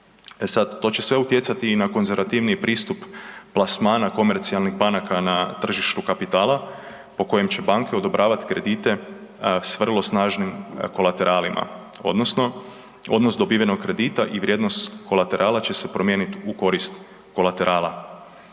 to će sve utjecati i na konzervativniji pristup plasmana komercijalnih banaka na tržištu kapitala po kojem će banke odobravat kredite s vrlo snažim kolateralama odnosno odnos dobivenog kredita i vrijednost kolaterala će se promijeniti u korist kolaterala